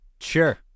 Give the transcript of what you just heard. Sure